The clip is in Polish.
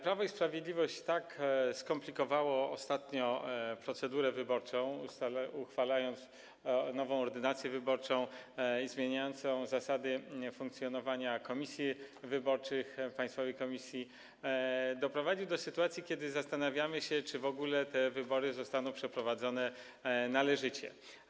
Prawo i Sprawiedliwość tak ostatnio skomplikowało procedurę wyborczą, ustalając nową ordynację wyborczą zmieniającą zasady funkcjonowania komisji wyborczych, państwowej komisji, że doprowadziło do sytuacji, w której zastanawiamy się, czy w ogóle te wybory zostaną przeprowadzone należycie.